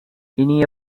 இனிய